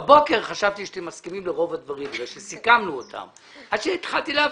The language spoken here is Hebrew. בבוקר חשבתי שאתם מסכימים לרוב הדברים כי סיכמנו אותם עד שהתחלתי להבין.